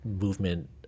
movement